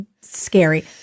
scary